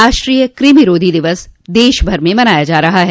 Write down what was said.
राष्ट्रीय क़मिरोधी दिवस आज देशभर में मनाया जा रहा है